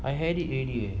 I had it already eh